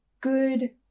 good